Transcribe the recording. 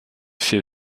vier